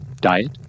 Diet